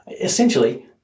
essentially